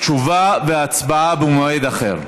תשובה והצבעה במועד אחר.